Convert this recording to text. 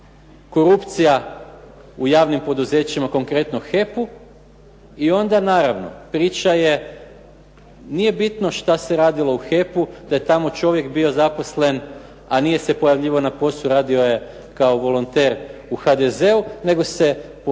Korupcija u javnim poduzećima konkretno HEP-u. i onda naravno priča je nije bitno što se radilo u HEP-u da je čovjek bio tamo zaposlen, a nije se pojavljivao na poslu, radio je kao volonter u HDZ-u, nego se poziva još